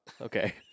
Okay